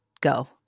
go